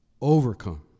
overcome